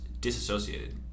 disassociated